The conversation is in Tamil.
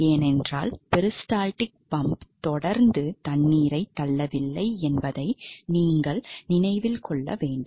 ஏனென்றால் பெரிஸ்டால்டிக் பம்ப் தொடர்ந்து தண்ணீரைத் தள்ளவில்லை என்பதை நீங்கள் நினைவில் கொள்ள வேண்டும்